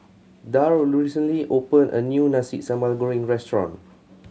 Darl recently opened a new Nasi Sambal Goreng restaurant